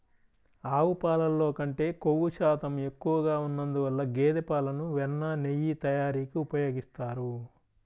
ఆవు పాలల్లో కంటే క్రొవ్వు శాతం ఎక్కువగా ఉన్నందువల్ల గేదె పాలను వెన్న, నెయ్యి తయారీకి ఉపయోగిస్తారు